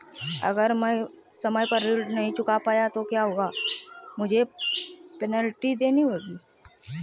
अगर मैं समय पर ऋण नहीं चुका पाया तो क्या मुझे पेनल्टी देनी होगी?